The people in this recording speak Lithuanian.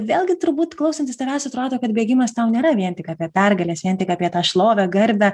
vėlgi turbūt klausantis tavęs atrodo kad bėgimas tau nėra vien tik apie pergales vien tik apie tą šlovę garbę